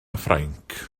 ffrainc